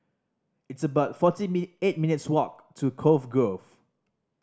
it's about forty eight minutes' walk to Cove Grove